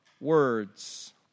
words